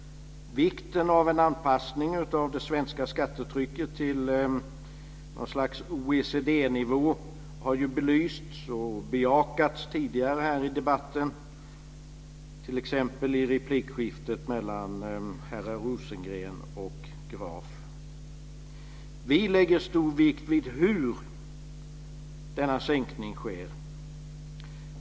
Vikten av en anpassning av det svenska skattetrycket till ett slags OECD-nivå har ju tidigare här i debatten belysts och bejakats, t.ex. i replikskiftet mellan herrar Rosengren och Graf. Vi lägger stor vikt vid hur denna sänkning sker.